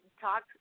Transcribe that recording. talk